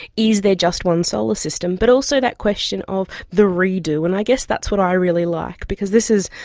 is there just one solar system, but also that question of the re-do, and i guess that's what i really like because this is,